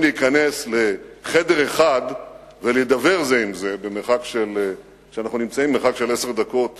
להיכנס לחדר אחד ולדבר זה עם זה כשאנחנו נמצאים במרחק עשר דקות